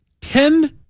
Ten